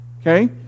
Okay